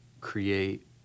create